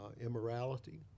immorality